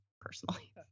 personally